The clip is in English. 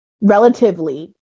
relatively